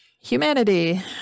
Humanity